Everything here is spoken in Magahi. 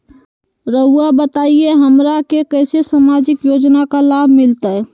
रहुआ बताइए हमरा के कैसे सामाजिक योजना का लाभ मिलते?